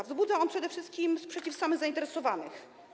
Wzbudza on przede wszystkim sprzeciw samych zainteresowanych.